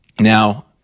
Now